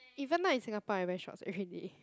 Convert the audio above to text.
even now in Singapore I wear shorts already